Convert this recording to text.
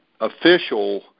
official